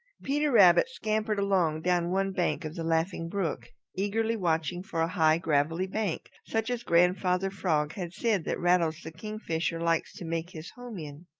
peter rabbit scampered along down one bank of the laughing brook, eagerly watching for a high, gravelly bank such as grandfather frog had said that rattles the kingfisher likes to make his home in.